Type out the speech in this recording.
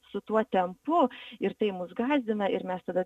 su tuo tempu ir tai mus gąsdina ir mes tada